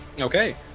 Okay